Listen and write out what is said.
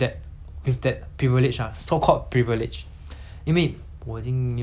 因为我已经没有跟爸爸妈妈在一起 liao mah 所以那个是我的 privilege